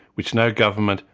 which no government,